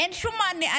אין שום מענה.